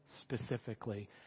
specifically